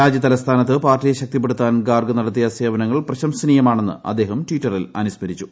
രാജ്യ തലസ്ഥാനത്ത് പാർട്ടിയെ ശക്തിപ്പെടുത്താൻ ഗാർഗ് നടത്തിയ സേവനങ്ങൾ പ്രശംസ നീയമാണെന്ന് അദ്ദേഹം ടിറ്ററിൽ അനുസ്മില്ലിച്ചു